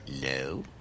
No